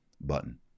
button